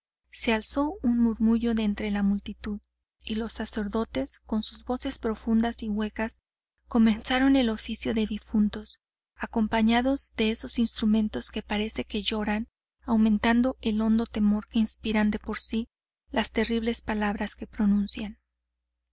se alzó un murmullo de entre la multitud y los sacerdotes con sus voces profundas y huecas comenzaron el oficio de difuntos acompañados de esos instrumentos que parece que lloran aumentando el hondo temor que inspiran de por sí las terribles palabras que pronuncian